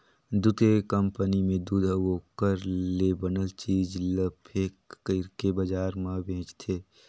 दूद के कंपनी में दूद अउ ओखर ले बनल चीज ल पेक कइरके बजार में बेचथे